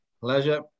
Pleasure